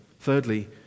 thirdly